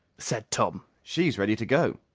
said tom. she's ready to go.